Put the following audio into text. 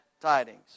tidings